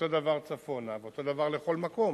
אותו דבר צפונה, ואותו דבר לכל מקום.